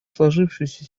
сложившуюся